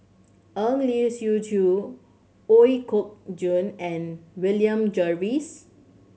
Eng Lee Seok Chee Ooi Kok Chuen and William Jervois